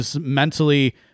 mentally